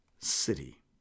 city